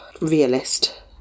realist